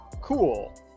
cool